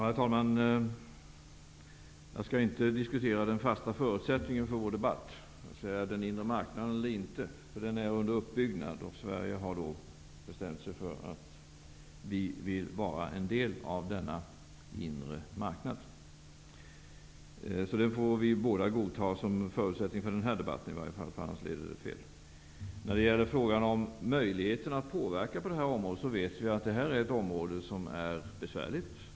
Herr talman! Jag skall inte diskutera den fasta förutsättningen för vår debatt, den inre marknaden eller inte. Den är under uppbyggnad och Sverige har bestämt sig för att vilja vara en del av denna inre marknad. Det får vi båda godta som förutsättning för den här debatten i varje fall, annars leder det fel. Vi vet att det här är ett område som det är besvärligt att påverka.